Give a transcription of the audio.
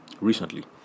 recently